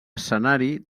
escenari